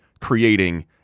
creating